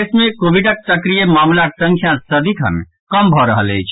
देश मे कोविडक सक्रिय मामिलाक संख्या सदिखन कम भऽ रहल अछि